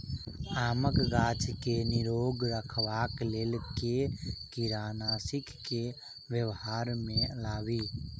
आमक गाछ केँ निरोग रखबाक लेल केँ कीड़ानासी केँ व्यवहार मे लाबी?